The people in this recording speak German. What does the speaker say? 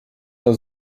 der